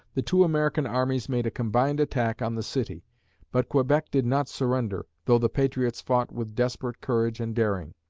the two american armies made a combined attack on the city but quebec did not surrender, though the patriots fought with desperate courage and daring.